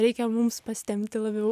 reikia mums pasitempti labiau